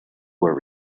were